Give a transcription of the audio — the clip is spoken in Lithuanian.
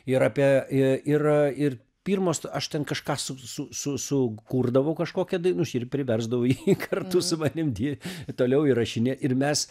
ir apie i ir ir pirmas aš ten kažką su su su sukurdavau kažkokią dainušk ir priversdavau jį kartu su manim di toliau įrašinė ir mes